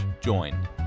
join